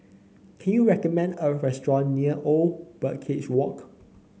can you recommend a restaurant near Old Birdcage Walk